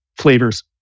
flavors